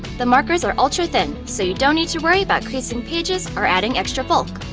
the markers are ultra thin, so you don't need to worry about creasing pages or adding extra bulk.